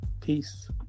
peace